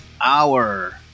hour